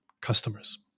customers